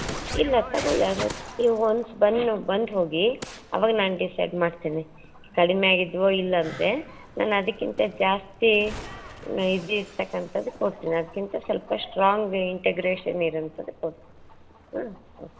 ಇಲ್ಲ ತಗೊಳ್ಳಿ ಅದೇ ನೀವು ಒನ್ಸ್ ಬನ್ ಬಂದು ಹೋಗಿ ಆವಾಗ ನಾನು ಡಿಸೈಡ್ ಮಾಡ್ತೀನಿ ಕಡಿಮೆ ಆಗಿದ್ಯೋ ಇಲ್ಲಾಂದರೆ ನಾನು ಅದಕ್ಕಿಂತ ಜಾಸ್ತಿ ಇದು ಇರ್ತಕಂತದ್ದು ಕೊಡ್ತೀನಿ ಅದ್ಕಿಂತ ಸ್ವಲ್ಪ ಸ್ಟ್ರಾಂಗ್ ಇಂಟಗ್ರೇಷನ್ ಇರೋಂತದ್ದು ಕೊಡ್ತೀನಿ ಹಾಂ ಓಕೆ